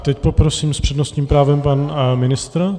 Teď poprosím, s přednostním právem pan ministr.